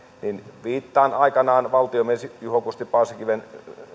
keskustellaan viittaan valtiomies juho kusti paasikiven aikanaan